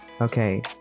Okay